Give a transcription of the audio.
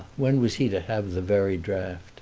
when was he to have the very draught